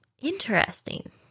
Interesting